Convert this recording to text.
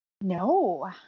No